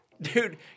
Dude